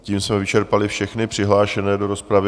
Tím jsme vyčerpali všechny přihlášené do rozpravy.